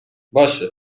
باشه